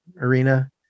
Arena